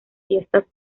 fiestas